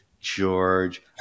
George